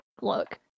look